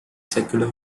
secular